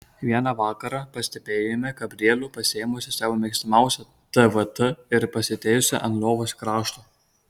vieną vakarą pastebėjome gabrielių pasiėmusį savo mėgstamiausią dvd ir pasidėjusį ant lovos krašto